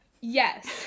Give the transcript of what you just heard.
Yes